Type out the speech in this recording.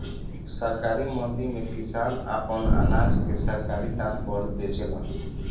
सरकारी मंडी में किसान आपन अनाज के सरकारी दाम पर बेचेलन